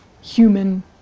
human